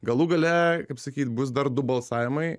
galų gale kaip sakyt bus dar du balsavimai